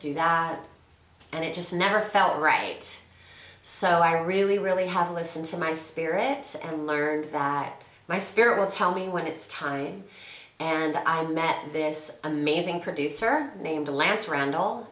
do that and it just never felt right so i really really have to listen to my spirit and learn that my spirit will tell me when it's time and i met this amazing producer named lance randall